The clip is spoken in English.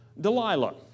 Delilah